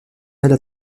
elles